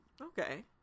Okay